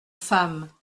femme